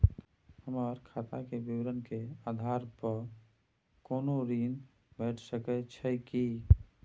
हमर खाता के विवरण के आधार प कोनो ऋण भेट सकै छै की?